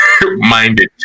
minded